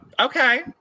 Okay